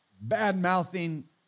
bad-mouthing